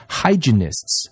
hygienists